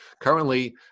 Currently